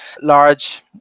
large